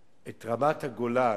רמת-הגולן,